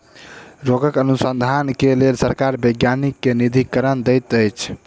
रोगक अनुसन्धान के लेल सरकार वैज्ञानिक के निधिकरण दैत अछि